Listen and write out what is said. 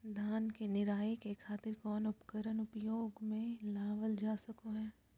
धान के निराई के खातिर कौन उपकरण उपयोग मे लावल जा सको हय?